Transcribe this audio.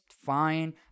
fine